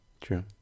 true